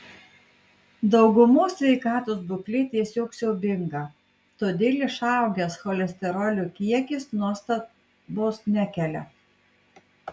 daugumos sveikatos būklė tiesiog siaubinga todėl išaugęs cholesterolio kiekis nuostabos nekelia